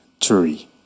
three